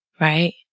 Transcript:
right